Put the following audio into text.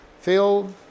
filled